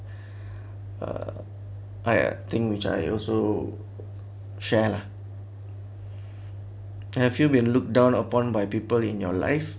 uh I think which I also share lah have you been looked down upon by people in your life